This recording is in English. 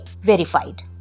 verified